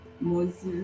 Moses